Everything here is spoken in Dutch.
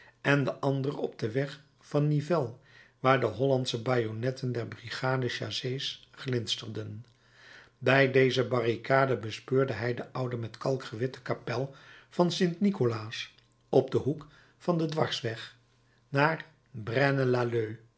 en de andere op den weg van nivelles waar de hollandsche bajonetten der brigade chassé glinsterden bij deze barricade bespeurde hij de oude met kalk gewitte kapel van st nikolaas op den hoek van den dwarsweg naar